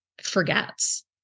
forgets